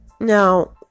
now